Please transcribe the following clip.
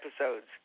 episodes